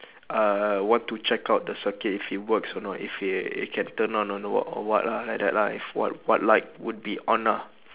uh want to check out the circuit if it works or not if it it can turn on or not or what lah like that lah if what what light would be on ah